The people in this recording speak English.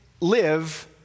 live